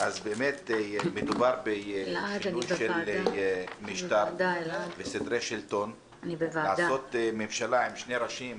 מדובר בשינוי של משטר וסדרי שלטון לעשות ממשלה עם שני ראשים